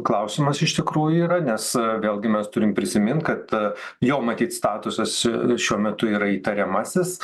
klausimas iš tikrųjų yra nes vėlgi mes turim prisimint kad jo matyt statusas šiuo metu yra įtariamasis